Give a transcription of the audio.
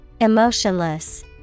Emotionless